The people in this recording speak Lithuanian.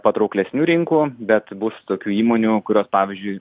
patrauklesnių rinkų bet bus tokių įmonių kurios pavyzdžiui